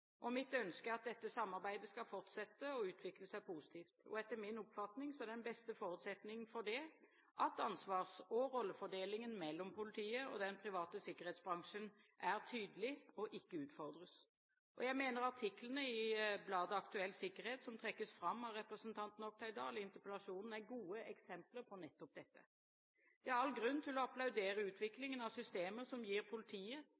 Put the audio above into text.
Mitt ønske er at dette samarbeidet skal fortsette å utvikle seg positivt. Etter min oppfatning er den beste forutsetning for det at ansvars- og rollefordelingen mellom politiet og den private sikkerhetsbransjen er tydelig og ikke utfordres. Jeg mener artiklene i bladet Aktuell Sikkerhet, som trekkes fram av representanten Oktay Dahl i interpellasjonen, er gode eksempler på nettopp dette. Det er all grunn til å applaudere utviklingen av systemer som gir politiet